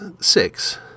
six